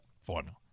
formula